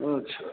अच्छा